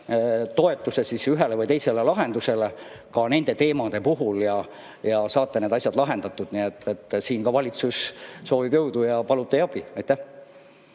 toetuse ühele või teisele lahendusele ka nende teemade puhul ja saate need asjad lahendatud. Nii et siin valitsus soovib jõudu ja palub teie abi. Nüüd